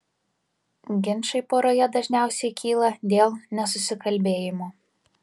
ginčai poroje dažniausiai kyla dėl nesusikalbėjimo